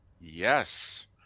Yes